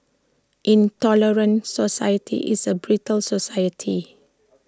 intolerant society is A brittle society